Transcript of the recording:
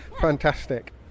Fantastic